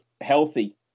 healthy